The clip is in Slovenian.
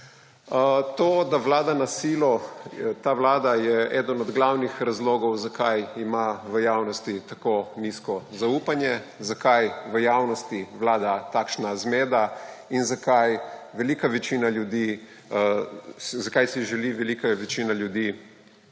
To, da vlada na silo ta vlada, je eden od glavnih razlogov, zakaj ima v javnosti tako nizko zaupanje, zakaj v javnosti vlada takšna zmeda in zakaj si velika večina ljudi